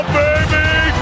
baby